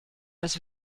das